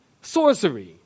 Sorcery